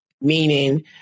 Meaning